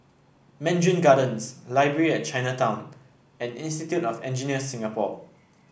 Mandarin Gardens Library at Chinatown and Institute of Engineers Singapore